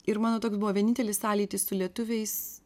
ir mano toks buvo vienintelis sąlytis su lietuviais